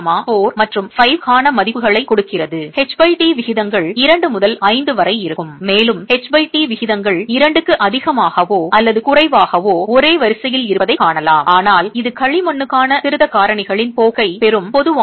5 4 மற்றும் 5 க்கான மதிப்புகளைக் கொடுக்கிறது ht விகிதங்கள் 2 முதல் 5 வரை இருக்கும் மேலும் ht விகிதங்கள் 2 க்கு அதிகமாகவோ அல்லது குறைவாகவோ ஒரே வரிசையில் இருப்பதைக் காணலாம் ஆனால் இது களிமண்ணுக்கான திருத்தக் காரணிகளின் போக்கைப் பெறும் பொதுவான போக்கு